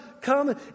come